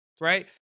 right